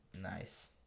Nice